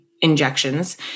injections